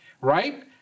right